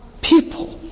people